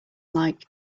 like